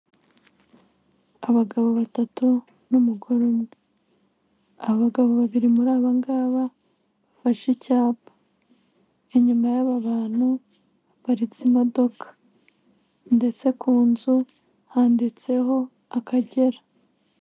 Abagabo batatu n'umugore umwe, abagabo babiri muri aba ngaba bafashe icyapa, inyuma y'abo bantu haparitse imodoka ndetse ku nzu handitseho Akagera.